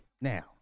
Now